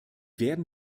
werden